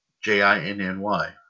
J-I-N-N-Y